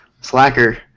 Slacker